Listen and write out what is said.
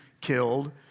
killed